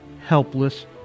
helpless